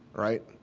right?